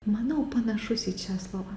manau panašus į česlovą